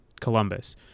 Columbus